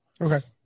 Okay